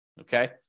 Okay